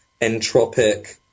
entropic